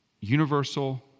Universal